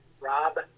Rob